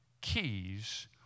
keys